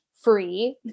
free